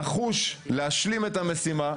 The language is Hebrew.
נחוש להשלים את המשימה,